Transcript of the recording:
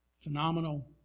Phenomenal